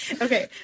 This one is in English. okay